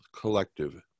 collective